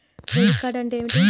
Credit card అంటే ఏమిటి?